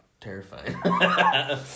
terrifying